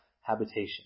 habitation